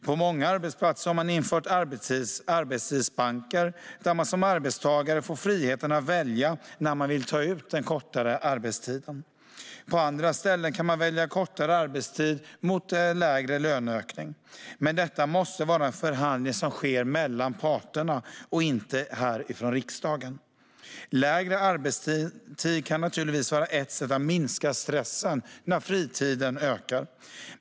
På många arbetsplatser har man infört arbetstidsbanker där man som arbetstagare får friheten välja när man vill ta ut den kortare arbetstiden. På andra ställen kan man välja kortare arbetstid mot lägre löneökning, men detta måste vara en förhandling som sker mellan parterna, inte från riksdagen. Lägre arbetstid kan vara ett sätt att minska stressen genom att fritiden ökar.